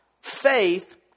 faith